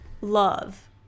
love